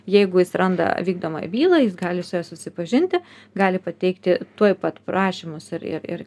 jeigu jis randa vykdomąją bylą jis gali su ja susipažinti gali pateikti tuoj pat prašymus ir ir ir